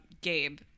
Gabe